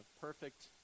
perfect